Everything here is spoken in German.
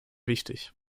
wichtig